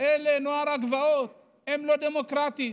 אלה נוער הגבעות, הם לא דמוקרטיים,